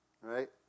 right